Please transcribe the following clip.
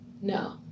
No